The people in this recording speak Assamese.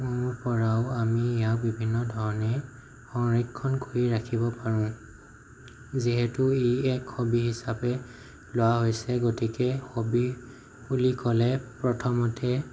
পৰাও ইয়াক আমি বিভিন্ন ধৰণে সংৰক্ষণ কৰি ৰাখিব পাৰোঁ যিহেতু ই এক হবী হিচাপে লোৱা হৈছে গতিকে হবী বুলি ক'লে প্ৰথমতে